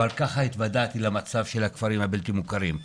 אבל כך התוודעתי למצב של הכפרים הבלתי מוכרים.